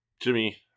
Jimmy